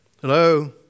Hello